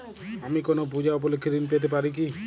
আমি কোনো পূজা উপলক্ষ্যে ঋন পেতে পারি কি?